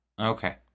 Okay